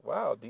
Wow